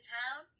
town